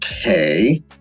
Okay